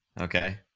okay